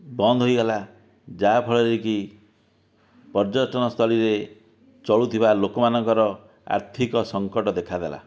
ବନ୍ଦ ହୋଇଗଲା ଯାହା ଫଳରେ କି ପର୍ଯ୍ୟଟନ ସ୍ଥଳୀରେ ଚଳୁଥିବା ଲୋକମାନଙ୍କର ଆର୍ଥିକ ସଙ୍କଟ ଦେଖାଦେଲା